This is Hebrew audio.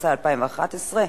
התשע"א 2011,